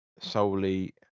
solely